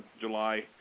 July